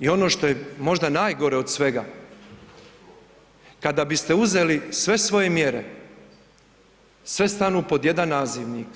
I ono što je možda najgore od svega, kada biste uzeli sve svoje mjere, sve stanu pod jedan nazivnik,